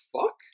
fuck